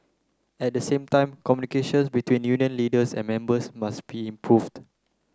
at the same time communications between union leaders and members must be improved